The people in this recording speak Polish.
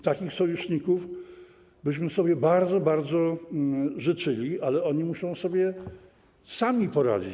Takich sojuszników byśmy sobie bardzo, bardzo życzyli, ale oni muszą sami sobie poradzić.